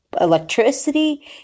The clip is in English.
electricity